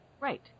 Right